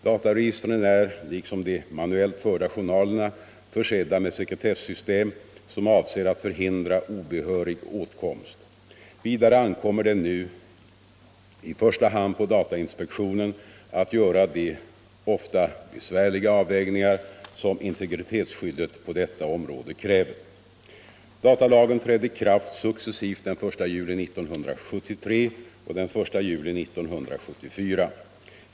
Dataregistren är liksom de manuellt förda journalerna försedda med sekretessystem som avser att förhindra obehörig åtkomst. Vidare ankommer det nu i första hand på datainspektionen att göra de ofta besvärliga avvägningar som integritetsskyddet på detta område kräver. Datalagen trädde i kraft successivt den 1 juli 1973 och den 1 juli 1974.